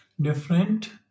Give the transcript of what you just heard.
different